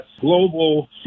global